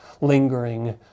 lingering